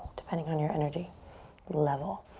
depending on your energy level.